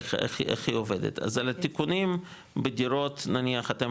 איך היא עובדת, אז על התיקונים בדירות, נניח, אתם